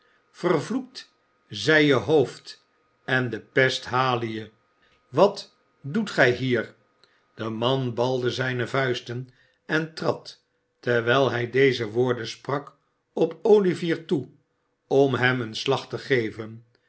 vervloekt zij je hoofd en de pest hale je wat doet gij hier de man balde zijne vuisten en trad terwijl hij deze woorden sprak op olivier toe om hem een slag te geven